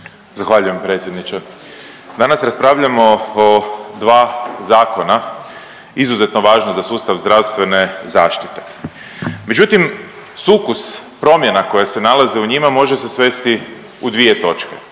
Zahvaljujem predsjedniče. Danas raspravljamo o dva zakona izuzetno važna za sustav zdravstvene zaštite, međutim sukus promjena koje se nalaze u njima može se svesti u dvije točke,